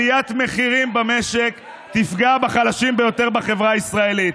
עליית מחירים במשק תפגע בחלשים ביותר בחברה הישראלית.